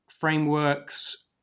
frameworks